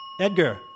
Edgar